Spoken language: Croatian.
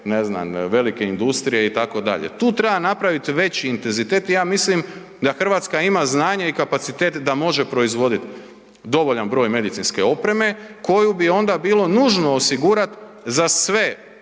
ne znam, velike industrije itd. Tu treba napravit veći intenzitet i ja mislim da RH ima znanje i kapacitet da može proizvodit dovoljan broj medicinske opreme koju bi onda bilo nužno osigurat za sve